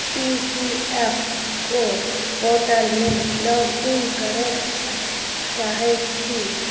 ई P F O पोर्टलमे login करै चाहै छी